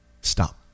Stop